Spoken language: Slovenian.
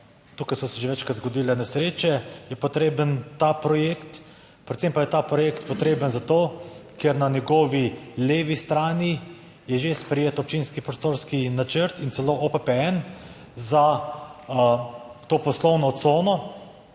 Tukaj so se že večkrat zgodile nesreče, je potreben ta projekt. Predvsem pa je ta projekt potreben zato, ker na njegovi levi strani je že sprejet občinski prostorski načrt in celo OPPN za to poslovno cono,